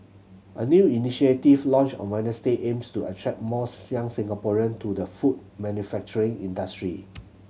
a new initiative launched on Wednesday aims to attract more young Singaporean to the food manufacturing industry